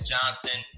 Johnson